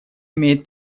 имеет